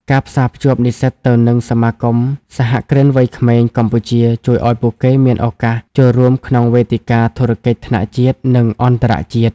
ការផ្សារភ្ជាប់និស្សិតទៅនឹង សមាគមសហគ្រិនវ័យក្មេងកម្ពុជា ជួយឱ្យពួកគេមានឱកាសចូលរួមក្នុងវេទិកាធុរកិច្ចថ្នាក់ជាតិ និងអន្តរជាតិ។